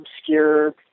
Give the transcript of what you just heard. obscure